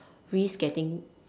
risk getting